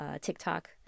TikTok